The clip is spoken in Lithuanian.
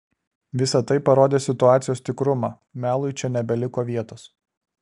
visa tai parodė situacijos tikrumą melui čia nebeliko vietos